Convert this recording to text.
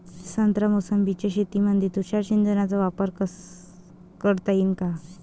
संत्रा मोसंबीच्या शेतामंदी तुषार सिंचनचा वापर करता येईन का?